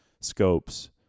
scopes